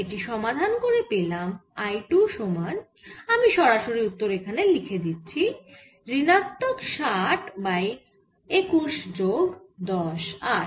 এটি সমাধান করে পেলাম I 2 সমান আমি সরাসরি উত্তর এখানে লিখে দিচ্ছি ঋণাত্মক 60 বাই 21 যোগ 10 R